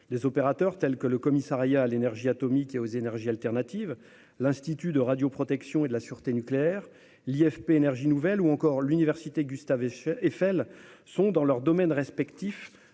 Des opérateurs tels que le Commissariat à l'énergie atomique et aux énergies alternatives, l'Institut de radioprotection et de sûreté nucléaire (IRSN), IFP Énergies nouvelles ou encore l'université Gustave-Eiffel sont, dans leurs domaines respectifs,